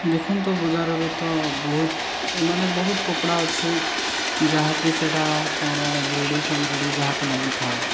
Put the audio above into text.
ଦେଖନ୍ତୁ ବଜାରରେ ତ ବହୁତ ମାନେ ବହୁତ କପଡ଼ା ଅଛି ଯାହାକି ସେଇଟା କରା ଏମ୍ବ୍ରୋଡ୍ରି ଫେମୋଡ୍ରି ଯାହାକି ଲାଗିଥାଏ